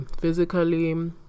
physically